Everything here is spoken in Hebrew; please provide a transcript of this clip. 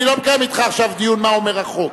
אני לא מקיים אתך עכשיו דיון מה אומר החוק,